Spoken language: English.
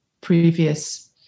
previous